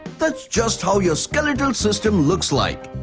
that's just how your skeletal system looks like!